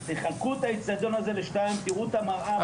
תחלקו את האצטדיון הזה לשניים ותראו את המראה.